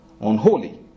unholy